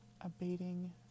abating